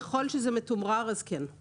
ככל שזה מתומרר, כן.